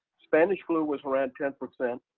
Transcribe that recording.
spanish flu was around ten percent.